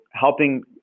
helping